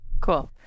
Cool